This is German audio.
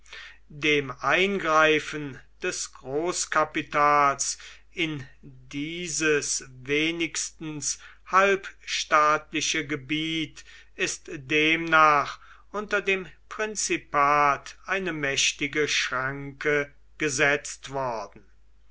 dem eingreifen des großkapitals in dieses wenigstens halbstaatliche gebiet ist demnach unter dem prinzipat eine mächtige schranke gesetzt worden